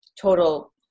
total